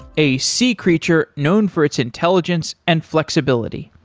a sea creature known for its intelligence and flexibility.